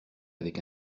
avec